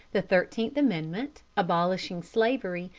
the thirteenth amendment, abolishing slavery,